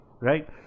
Right